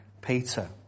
Peter